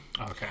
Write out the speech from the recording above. okay